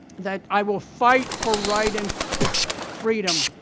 that i will fight for right and freedom,